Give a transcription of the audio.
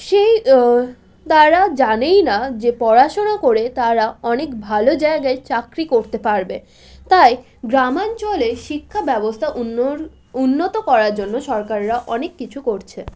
সেই তারা জানেই না যে পড়াশুনো করে তারা অনেক ভালো জায়গায় চাকরি করতে পারবে তাই গ্রামাঞ্চলে শিক্ষা ব্যবস্থা উন্নর উন্নত করার জন্য সরকাররা অনেক কিছু করছে